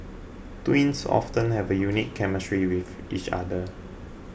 twins often have a unique chemistry with each other